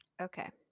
Okay